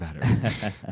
better